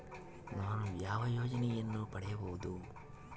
ನಾನು ಯಾವ ಯೋಜನೆಯನ್ನು ಪಡೆಯಬಹುದು?